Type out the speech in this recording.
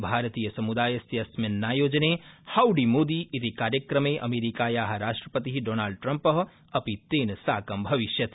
भारतीयसमुदायस्य अस्मिन्नायोजने हाउी मोदी इति कार्यक्रमे अमेरिकाया राष्ट्रपति श्रीमल ट्रिम्प अपि तेन साकं भविष्यति